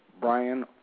Brian